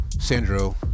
Sandro